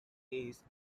case